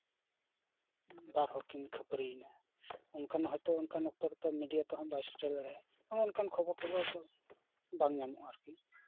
ᱵᱟᱨ ᱦᱚᱲ ᱠᱤᱱ ᱠᱷᱟᱹᱯᱟᱹᱨᱤᱭᱱᱟ ᱚᱱᱠᱟᱱ ᱦᱚᱭᱛᱳ ᱚᱱᱠᱟᱱ ᱚᱠᱛᱚ ᱨᱮᱛᱚ ᱢᱤᱰᱤᱭᱟ ᱦᱚᱸ ᱵᱟᱭ ᱥᱮᱴᱮᱨ ᱫᱟᱲᱮᱭᱟᱜᱼᱟ ᱢᱟᱱᱮ ᱚᱱᱠᱟᱱ ᱠᱷᱚᱵᱚᱨ ᱠᱚᱫᱚ ᱦᱚᱭᱛᱚ ᱵᱟᱝ ᱧᱟᱢᱚᱜᱼᱟ ᱟᱨᱠᱤ